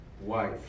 wife